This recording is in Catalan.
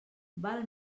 val